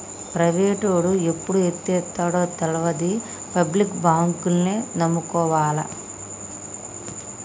ప్రైవేటోడు ఎప్పుడు ఎత్తేత్తడో తెల్వది, పబ్లిక్ బాంకుల్నే నమ్ముకోవాల